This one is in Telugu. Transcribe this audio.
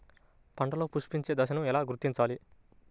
పంటలలో పుష్పించే దశను ఎలా గుర్తించాలి?